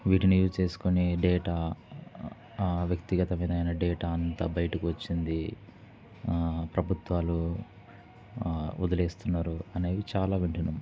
వీటిని యూస్ చేసుకుని డేటా వ్యక్తిగతవి అయిన డేటా అంతా బయటకు వచ్చింది ప్రభుత్వాలు వదిలేస్తున్నారు అనేవి చాలా వింటున్నాం